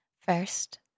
first